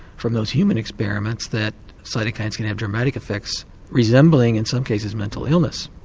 from those human experiments, that cytokines can have dramatic effects resembling in some cases mental illness.